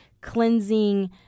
cleansing